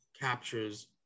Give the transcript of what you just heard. captures